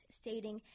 stating